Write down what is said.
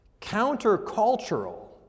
countercultural